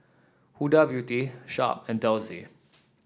Huda Beauty Sharp and Delsey